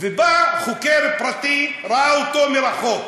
ובא חוקר פרטי, ראה אותו מרחוק.